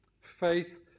Faith